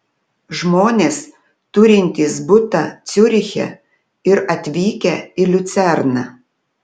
žmonės turintys butą ciuriche ir atvykę į liucerną